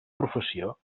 professió